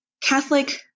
Catholic